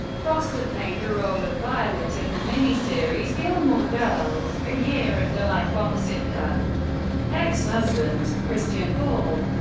foster played the role of violet in the miniseries gilmore girls a year in the life opposite her ex-husband, christian borle.